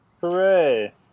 Hooray